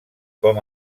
com